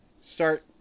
start